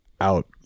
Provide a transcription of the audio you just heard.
Out